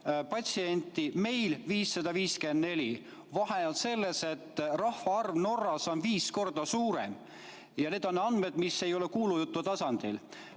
patsienti, meil 554. Vahe on selles, et Norra rahvaarv on viis korda suurem ja need on andmed, mis ei ole kuulujutu tasandil.